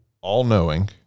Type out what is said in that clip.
all-knowing